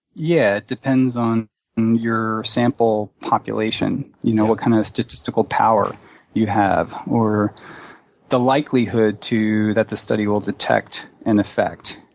yeah, it depends on your sample population, you know, what kind of statistical power you have, have, or the likelihood too that the study will detect an effect,